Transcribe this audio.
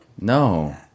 No